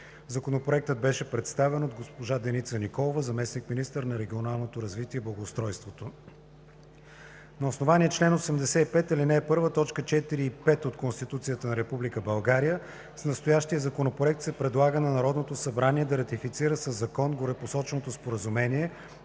Законопроектът беше представен от госпожа Деница Николова – заместник-министър на регионалното развитие и благоустройството. На основание чл. 85, ал. 1, т. 4 и 5 от Конституцията на Република България с настоящия законопроект се предлага на Народното събрание да ратифицира със закон горепосоченото Споразумение,